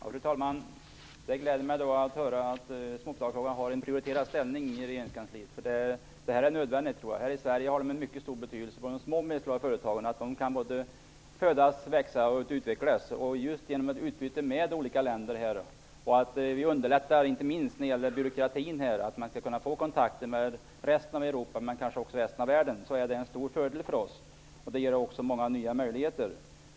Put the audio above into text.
Fru talman! Det gläder mig att höra att småföretagarna har en prioriterad ställning i regeringskansliet, därför att det är nödvändigt. Här i Sverige har både de små och de medelstora företagen en mycket stor betydelse. De skall kunna födas, växa och utvecklas. Inte minst byråkratin måste minskas, så att man kan få kontakter med resten av Europa men också med resten av världen. Just utbytet med olika länder är en stor fördel för oss, och det ger också många nya möjligheter.